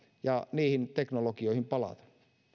ja niihin teknologioihin palata